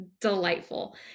delightful